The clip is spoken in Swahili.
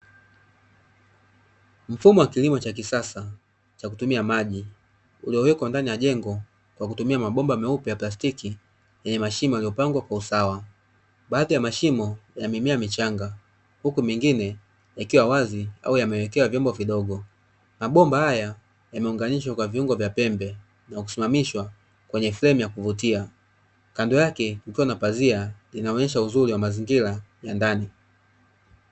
Mfumo wa kilimo cha kisasa cha kutumia maji, uliowekwa ndani ya jengo kwa kutumia mabomba meupe ya plastiki yenye mashimo yaliyopangwa kwa usawa, baadhi ya mashimo ya mimea michanga huku mengine yakiwa wazi au yamewekewa vyombo vidogo mabomba haya yameunganishwa kwa viungo vya pembe na kusimamishwa kwenye sehemu ya kuvutia kando yake kukiwa na pazia linaloonyesha uzuri wa mazingira ya ndani.